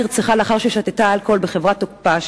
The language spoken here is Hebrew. לאה נרצחה לאחר ששתתה אלכוהול בחברת תוקפה.